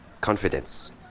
confidence